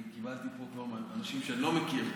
אני קיבלתי פה הודעות מאנשים שאני לא מכיר,